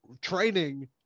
training